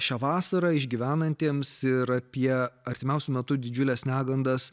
šią vasarą išgyvenantiems ir apie artimiausiu metu didžiules negandas